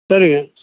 சரிங்க